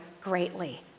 greatly